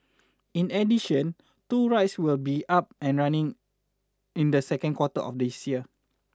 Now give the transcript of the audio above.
in addition two rides will be up and running in the second quarter of this year